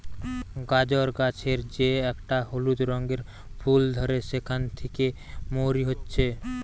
গাজর গাছের যে একটা হলুদ রঙের ফুল ধরে সেখান থিকে মৌরি হচ্ছে